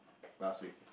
last week